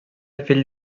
fill